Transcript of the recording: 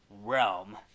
realm